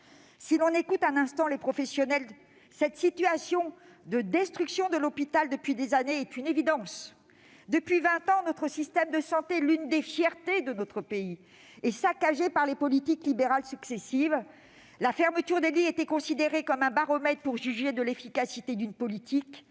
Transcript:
si l'on écoute un instant les professionnels, cette situation de destruction de l'hôpital depuis des années est une évidence. Depuis vingt ans, notre système de santé, l'une des fiertés de notre pays, est saccagé par les politiques libérales successives. La fermeture des lits était considérée comme un baromètre pour juger de l'efficacité d'une politique.